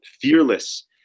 fearless